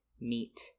Meat